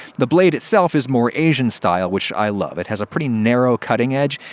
the blade itself is more asian style, which i love. it has a pretty narrow cutting angle.